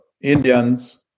Indians